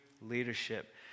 leadership